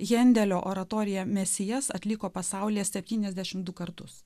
hendelio oratoriją mesijas atliko pasaulyje septyniasdešim du kartus